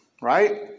right